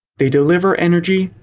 they deliver energy,